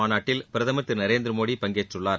மாநாட்டில் பிரதமர் திரு நரேந்திர மோடி பங்கேற்றுள்ளார்